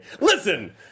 Listen